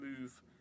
move